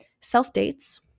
Self-dates